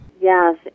Yes